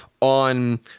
on